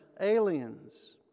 aliens